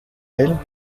elle